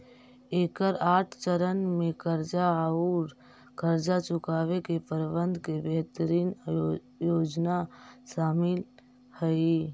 एकर आठ चरण में कर्ज औउर कर्ज चुकावे के प्रबंधन के बेहतरीन योजना शामिल हई